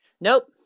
Nope